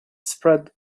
spread